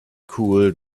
cooled